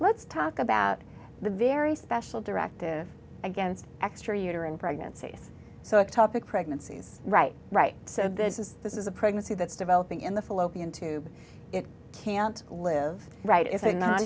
let's talk about the very special directive against extra uterine pregnancy so a topic pregnancies right right so this is this is a pregnancy that's developing in the fallopian tubes it can't live right if they're not